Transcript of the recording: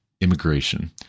immigration